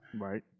Right